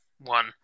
One